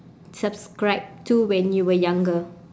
subscribe to when you were younger